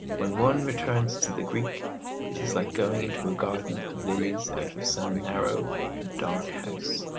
when one returns to the greek it is like going into a garden of lilies out of some, narrow and dark house.